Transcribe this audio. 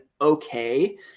okay